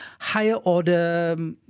higher-order